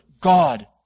God